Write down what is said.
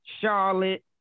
charlotte